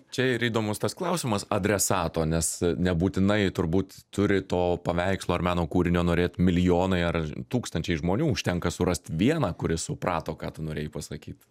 čia ir įdomus tas klausimas adresato nes nebūtinai turbūt turi to paveikslo ar meno kūrinio norėt milijonai ar tūkstančiai žmonių užtenka surast vieną kuris suprato ką tu norėjai pasakyt